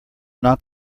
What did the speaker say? not